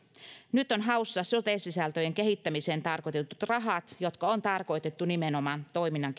nyt on haussa sote sisältöjen kehittämiseen tarkoitetut rahat jotka on tarkoitettu nimenomaan toiminnan